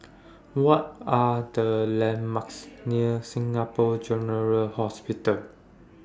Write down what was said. What Are The landmarks near Singapore General Hospital